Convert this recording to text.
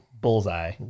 bullseye